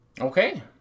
Okay